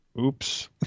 Oops